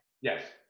Yes